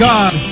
God